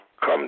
come